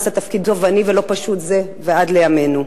לתפקיד תובעני ולא פשוט זה ועד לימינו.